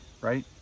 right